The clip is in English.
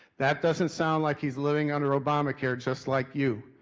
that doesn't sound like he's living under obamacare just like you.